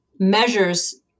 measures